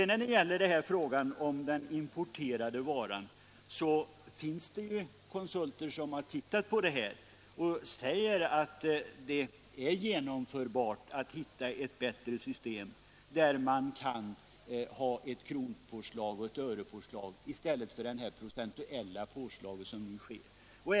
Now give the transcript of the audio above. När det sedan gäller den importerade varan finns det konsulter som säger att det är möjligt att hitta ett bättre system. Man kan ha påslag i kronor och ören i stället för det procentuella påslag som nu tillämpas.